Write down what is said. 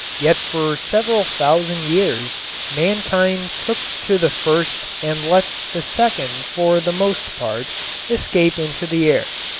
yet for several thousand years mankind took to the first and let the second for the most part escape into the air.